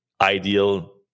ideal